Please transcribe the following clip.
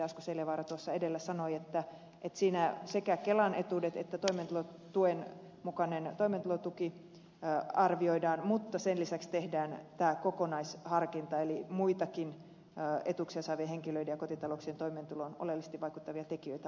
asko seljavaara tuossa edellä sanoi että siinä sekä kelan etuudet että toimeentulotuki arvioidaan mutta sen lisäksi tehdään tämä kokonaisharkinta eli muitakin etuuksia saavien henkilöiden ja kotitalouksien toimeentuloon oleellisesti vaikuttavia tekijöitä arvioidaan